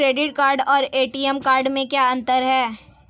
Credit card और ATM card में क्या अंतर है?